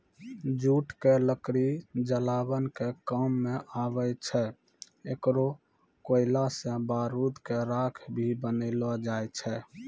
jute के लकड़ी जलावन के काम मॅ आवै छै, एकरो कोयला सॅ बारूद के राख भी बनैलो जाय छै